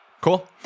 Cool